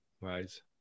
right